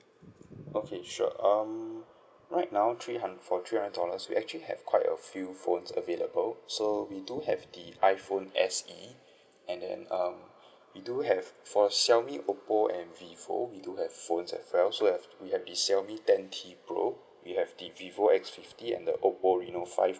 okay sure um right now three hund~ for three hundred dollars we actually have quite a few phones available so we do have the iphone S_E and then um we do have for xiaomi Oppo and vivo we do have phones as well so have we have this Xiaomi twenty pro we have the Vivo X fifty and the Oppo reno five